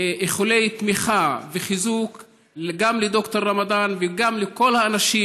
איחולי תמיכה וחיזוק גם לד"ר רמדאן וגם לכל האנשים